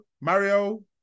Mario